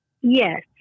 Yes